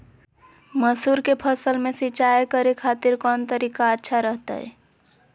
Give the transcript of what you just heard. मसूर के फसल में सिंचाई करे खातिर कौन तरीका अच्छा रहतय?